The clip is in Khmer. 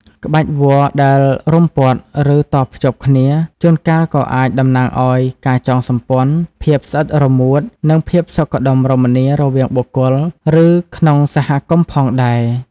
ក្បាច់វល្លិ៍ដែលរុំព័ទ្ធ ឬតភ្ជាប់គ្នា ជួនកាលក៏អាចតំណាងឱ្យ ការចងសម្ព័ន្ធ ភាពស្អិតរមួត និងភាពសុខដុមរមនា រវាងបុគ្គល ឬក្នុងសហគមន៍ផងដែរ។